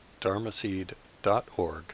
dharmaseed.org